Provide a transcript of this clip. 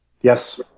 Yes